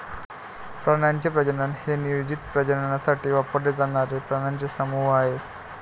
प्राण्यांचे प्रजनन हे नियोजित प्रजननासाठी वापरले जाणारे प्राण्यांचे समूह आहे